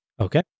Okay